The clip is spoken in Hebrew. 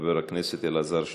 חבר הכנסת אלעזר שטרן.